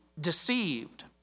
deceived